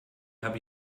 habe